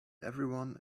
everyone